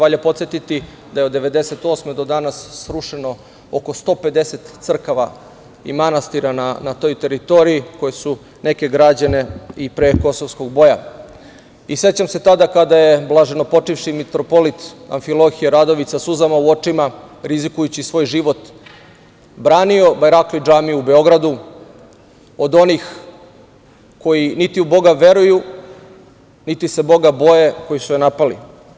Valja podsetiti da je od 1998. godine do danas srušeno oko 150 crkava i manastira na toj teritoriji, koje su neke građene i pre Kosovskog boja i sećam se tada, kada je blaženopočivši mitropolit Amfilohije Radović sa suzama u očima, rizikujući svoj život, branio Bajrakli džamiju u Beogradu od onih koji niti u Boga veruju, niti se Boga boje, koji su je napali.